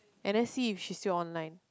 and then see if she still online